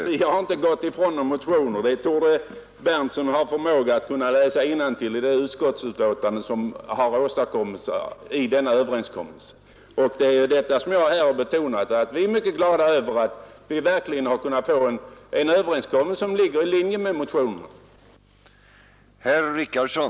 Herr talman! Jag har inte gått ifrån några motioner. Det torde herr Berndtson i Linköping kunna läsa sig till i det utskottsbetänkande där denna överenskommelse har åstadkommits. Det jag har velat betona här är att vi är glada över att verkligen ha kunnat få en överenskommelse som ligger i linje med motionen.